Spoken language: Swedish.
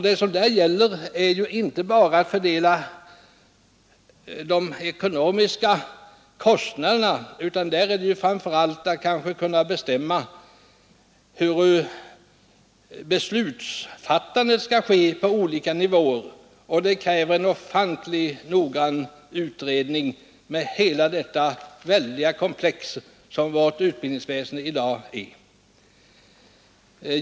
Det gäller inte bara att fördela kostnaderna utan framför allt att bestämma hur beslutsfattandet skall ske på olika nivåer, och det kräver en ofantligt noggrann utredning med tanke på det väldiga komplex som vårt utbildningsväsen i dag är.